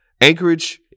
Anchorage